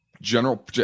general